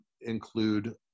include